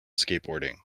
skateboarding